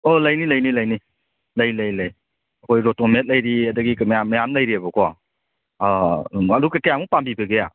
ꯑꯣ ꯂꯩꯅꯤ ꯂꯩꯅꯤ ꯂꯩꯅꯤ ꯂꯩ ꯂꯩ ꯂꯩ ꯑꯩꯈꯣꯏ ꯔꯣꯇꯣꯃꯦꯛ ꯂꯩꯔꯤ ꯑꯗꯒꯤ ꯃꯌꯥꯝ ꯃꯌꯥꯝ ꯂꯩꯔꯤꯑꯕꯀꯣ ꯑꯗꯨ ꯀꯌꯥꯃꯨꯛ ꯄꯥꯝꯕꯤꯕꯒꯦ